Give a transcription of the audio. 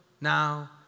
now